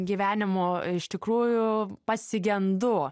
gyvenimo iš tikrųjų pasigendu